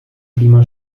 klima